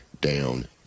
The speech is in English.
down